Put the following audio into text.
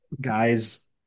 Guys